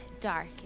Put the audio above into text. dark